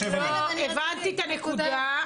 הבנתי את הנקודה,